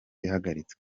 ihagaritswe